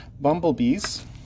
Bumblebees